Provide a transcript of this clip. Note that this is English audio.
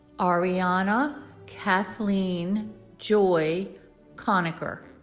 arianna kathleen joy connacher